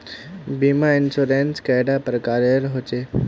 बीमा इंश्योरेंस कैडा प्रकारेर रेर होचे